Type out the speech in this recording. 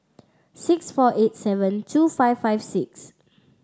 six four eight seven two five five six